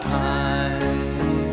time